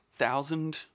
thousand